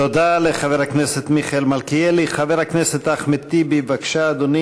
דברי הכנסת חוברת י"ב ישיבה קצ"ג הישיבה